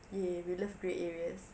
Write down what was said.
!yay! we love grey areas